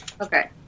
Okay